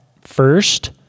first